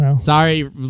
sorry